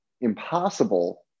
impossible